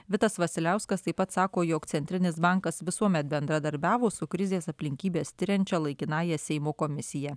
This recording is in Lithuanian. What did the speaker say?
vitas vasiliauskas taip pat sako jog centrinis bankas visuomet bendradarbiavo su krizės aplinkybes tiriančia laikinąja seimo komisija